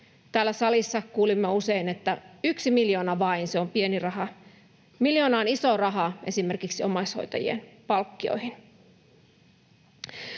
Täällä salissa kuulemme usein, että yksi miljoona vain, se on pieni raha. Miljoona on iso raha esimerkiksi omaishoitajien palkkioihin.